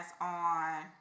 on